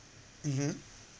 mmhmm